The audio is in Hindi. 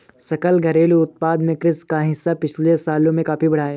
सकल घरेलू उत्पाद में कृषि का हिस्सा पिछले सालों में काफी बढ़ा है